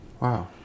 Wow